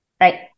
Right